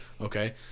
okay